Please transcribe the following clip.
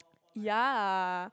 ya